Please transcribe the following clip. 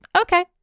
okay